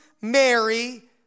Mary